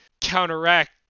counteract